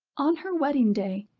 on her wedding day,